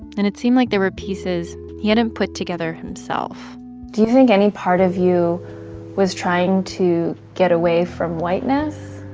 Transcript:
and it seemed like there were pieces he hadn't put together himself do you think any part of you was trying to get away from whiteness?